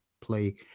play